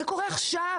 זה קורה עכשיו,